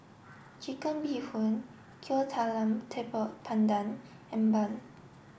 Chicken Bee Hoon Kuih Talam Tepong Pandan and Bun